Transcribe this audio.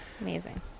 Amazing